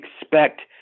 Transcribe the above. expect